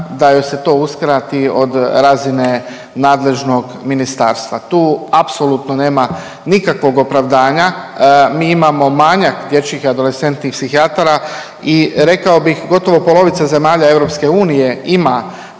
da joj se tu uskrati od razine nadležnog ministarstva. Tu apsolutno nema nikakvog opravdanja, mi imamo manjak dječjih i adolescentnih psihijatara i rekao bih, gotovo polovica zemalja EU ima